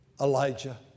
Elijah